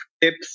tips